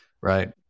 Right